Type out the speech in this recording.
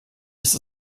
ist